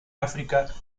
áfrica